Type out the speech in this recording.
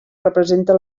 representa